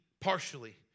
partially